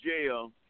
jail